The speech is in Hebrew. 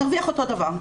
נרוויח אותו דבר.